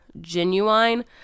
Genuine